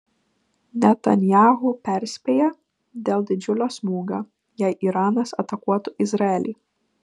netanyahu perspėja dėl didžiulio smūgio jei iranas atakuotų izraelį